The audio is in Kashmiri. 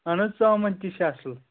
اہَن حَظ ژامَن تہِ چھِ اصٕل